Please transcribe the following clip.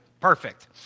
Perfect